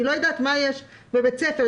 אני לא יודעת מה יש בבית הספר,